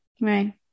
Right